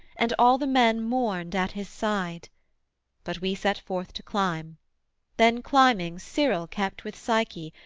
and all the men mourned at his side but we set forth to climb then, climbing, cyril kept with psyche,